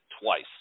twice